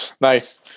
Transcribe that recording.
nice